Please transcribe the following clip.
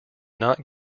not